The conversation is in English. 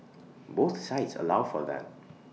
both sites allow for that